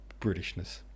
Britishness